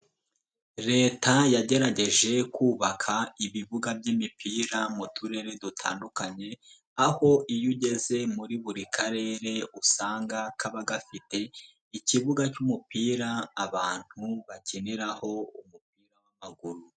Leta yagerageje kubaka ibibuga by'imipira mu turere dutandukanye, aho iyo ugeze muri buri karere usanga kaba gafite ikibuga cy'umupira abantu bakiniraho umupira w'amaguru.